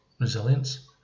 resilience